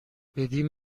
بدین